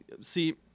see